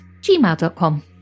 gmail.com